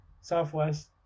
Southwest